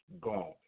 God